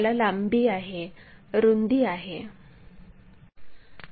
त्याला लांबी आहे रुंदी आहे